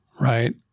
right